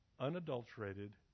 unadulterated